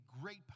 great